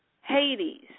Hades